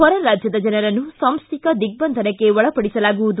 ಹೊರ ರಾಜ್ಯದ ಜನರನ್ನು ಸಾಂಸ್ವಿಕ ದಿಗ್ಗಂಧನಕ್ಕೆ ಒಳಪಡಿಸಲಾಗುವುದು